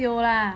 dio lah